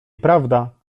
prawda